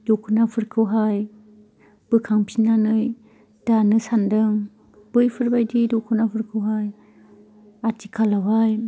दख'नाफोरखौहाय बोखांफिननानै दानो सान्दों बैफोरबायदि दख'नाफोरखौहाय आथिखालावहाय